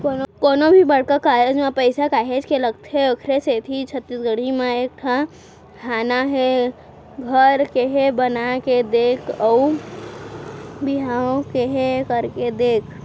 कोनो भी बड़का कारज म पइसा काहेच के लगथे ओखरे सेती छत्तीसगढ़ी म एक ठन हाना हे घर केहे बना के देख अउ बिहाव केहे करके देख